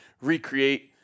recreate